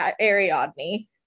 Ariadne